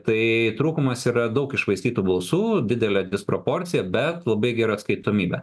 tai trūkumas yra daug iššvaistytų balsų didelė disproporcija bet labai gera atskaitomybė